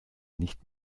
nicht